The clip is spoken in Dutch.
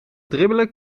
dribbelen